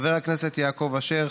חבר הכנסת יעקב אשר,